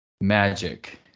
magic